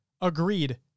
Agreed